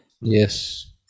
Yes